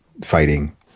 fighting